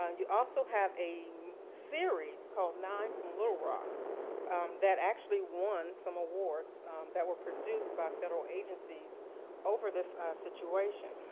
um you also have a series called nine from little rock that actually won some awards that were produced by federal agencies over this situation.